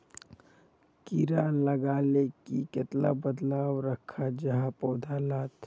कीड़ा लगाले की बदलाव दखा जहा पौधा लात?